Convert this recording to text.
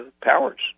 powers